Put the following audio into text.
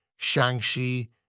Shanxi